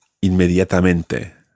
inmediatamente